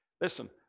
listen